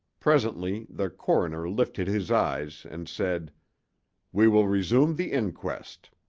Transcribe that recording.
presently the coroner lifted his eyes and said we will resume the inquest.